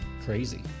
crazy